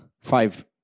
five